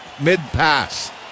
mid-pass